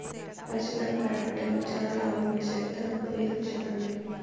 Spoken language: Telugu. పచ్చిమిరపకాయ పంటలో చానా లాభం వచ్చే విత్తనం పేరు చెప్పండి?